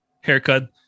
haircut